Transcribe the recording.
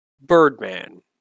Birdman